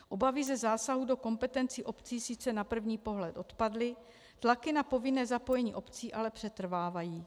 Obavy ze zásahu do kompetencí obcí sice na první pohled odpadly, tlaky na povinné zapojení obcí ale přetrvávají.